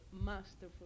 masterful